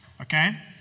okay